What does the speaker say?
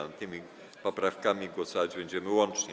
Nad tymi poprawkami głosować będziemy łącznie.